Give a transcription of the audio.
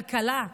כלכלה.